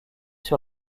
sur